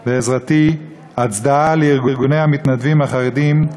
בעזרתי, הצדעה לארגוני המתנדבים החרדים,